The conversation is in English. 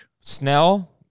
Snell